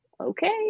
okay